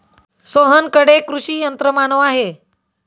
सोहनकडे कृषी यंत्रमानव आहे